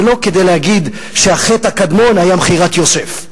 זה לא כדי להגיד שהחטא הקדמון היה מכירת יוסף.